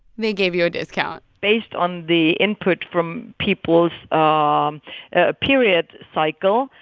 they gave you a discount based on the input from people's um ah period cycle,